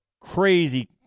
crazy